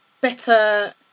better